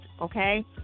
okay